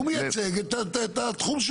הוא מייצג את התחום שלו.